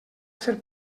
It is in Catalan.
ser